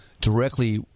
directly